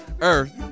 earth